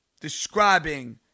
describing